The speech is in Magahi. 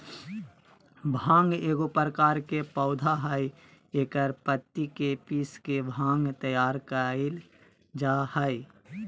भांग एगो प्रकार के पौधा हइ एकर पत्ति के पीस के भांग तैयार कइल जा हइ